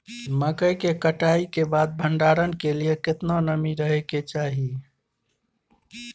मकई के कटाई के बाद भंडारन के लिए केतना नमी रहै के चाही?